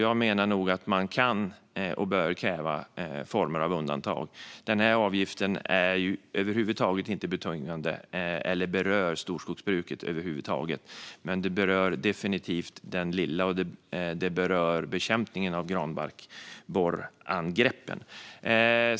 Jag menar nog att man kan och bör kräva former av undantag. Denna avgift är inte betungande för storskogsbruket - eller den berör över huvud taget inte storskogsbruket. Men den berör definitivt den lilla skogsägaren, och detta berör bekämpningen av granbarkborreangreppen.